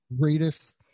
greatest